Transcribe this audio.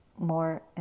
more